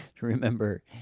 remember